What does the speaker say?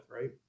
Right